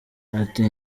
ati